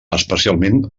especialment